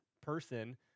person